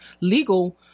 legal